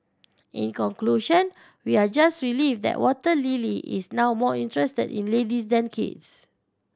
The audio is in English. in conclusion we are just relieved that Water Lily is now more interested in ladies than kids